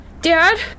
Dad